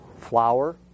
flour